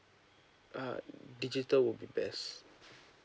uh digital will be best